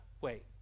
wait